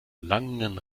langen